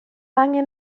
angen